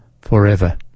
forever